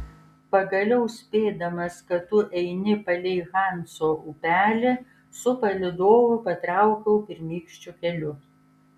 pagaliau spėdamas kad tu eini palei hanso upelį su palydovu patraukiau pirmykščiu keliu